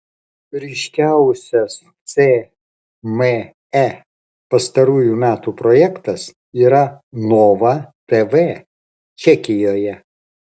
ryškiausias cme pastarųjų metų projektas yra nova tv čekijoje